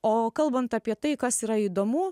o kalbant apie tai kas yra įdomu